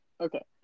Okay